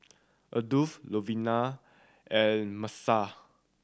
Adolf Luvenia and Miesha